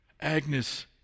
Agnes